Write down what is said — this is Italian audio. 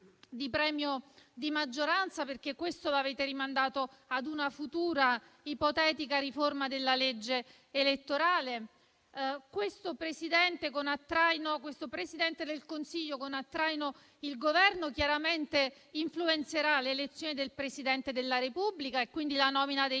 di premio di maggioranza, perché questo l'avete rimandato a una futura ipotetica riforma della legge elettorale. Questo Presidente del Consiglio con a traino il Parlamento chiaramente influenzerà le elezioni del Presidente della Repubblica e quindi la nomina dei